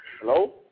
Hello